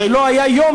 הרי לא היה יום,